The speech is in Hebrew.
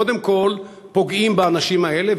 קודם כול פוגעים באנשים האלה,